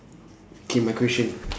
K my question